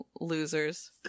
losers